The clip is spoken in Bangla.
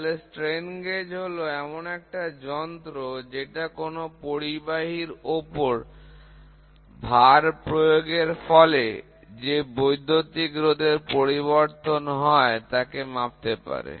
তাহলে স্ট্রেন গেজ হল এমন একটি যন্ত্র যেটা কোন পরিবাহীর ওপর ভার প্রয়োগের ফলে যে বৈদ্যুতিক রোধের পরিবর্তন হয় তাকে মাপতে পারে